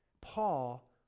Paul